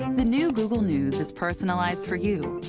the new google news is personalized for you,